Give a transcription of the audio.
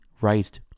raised